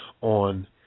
on